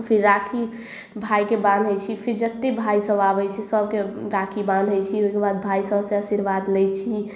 फिर राखी भाइके बाँन्है छी फिर जतेक भाइ सब आबै छै सबके राखी बाँन्है छी ओहिके बाद भाइ सबसे आशीर्वाद लै छी